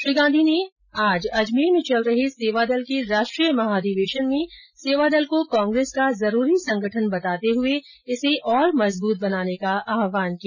श्री गांधी ने आज अजमेर में चल रहे सेवादल के राष्ट्रीय महाधिवेशन में सेवादल को कांग्रेस का जरूरी संगठन बताते हुए इसे और मजबूत बनाने का आहवान किया